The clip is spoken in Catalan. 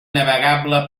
navegable